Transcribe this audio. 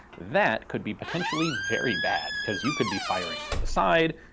that could be potentially very bad, because you could be firing to the side,